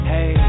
Hey